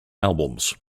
albums